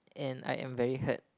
and I am very hurt